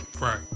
Right